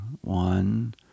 one